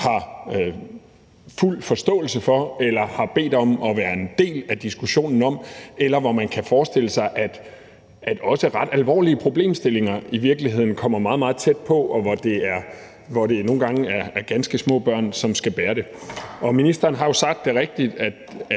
har fuld forståelse af eller har bedt om at være en del af diskussionen om, eller hvor man kan forestille sig, at også ret alvorlige problemstillinger i virkeligheden kommer meget, meget tæt på, og hvor det nogle gange er ganske små børn, som skal bære det. Ministeren har jo sagt det rigtigt,